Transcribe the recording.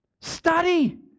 Study